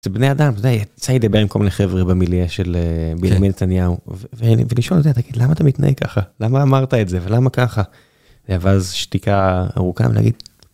בני אדם זה יצא לי לדבר עם כל מיני חברים במיליה של, במילייה של נתניהו ולשאול תגיד למה אתה מתנהג ככה למה אמרת את זה ולמה ככה ואז שתיקה ארוכה...